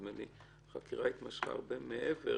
החקירה התמשכה הרבה מעבר